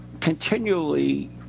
continually